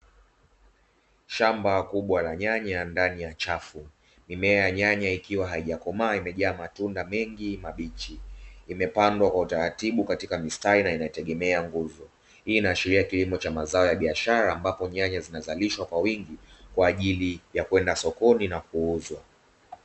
Shamba kubwa la nyanya ndani ya chafu. Mimea ya nyanya ikiwa haijakomaa, imejaa matunda mengi mabichi. Imepandwa kwa utaratibu katika mistari na inategemea nguzo. Hii inaashiria kilimo cha mazao ya biashara, ambapo nyanya zinazalishwa kwa wingi kwa ajili ya kwenda sokoni na kuuzwa.